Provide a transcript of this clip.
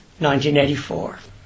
1984